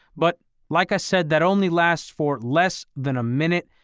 but like i said, that only lasts for less than a minute,